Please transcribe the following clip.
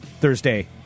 Thursday